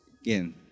Again